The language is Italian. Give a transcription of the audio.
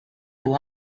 può